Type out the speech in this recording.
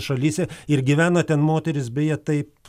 šalyse ir gyvena ten moterys beje taip